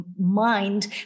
mind